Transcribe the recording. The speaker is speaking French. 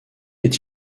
est